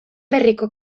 berriko